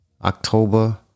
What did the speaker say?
October